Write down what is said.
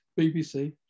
BBC